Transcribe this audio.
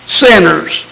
sinners